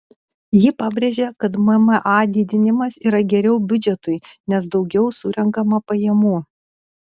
ji pabrėžė kad mma didinimas yra geriau biudžetui nes daugiau surenkama pajamų